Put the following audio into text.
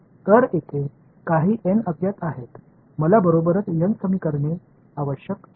तर येथे काही n अज्ञात आहेत मला बरोबरच n समीकरणे आवश्यक आहेत